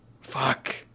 Fuck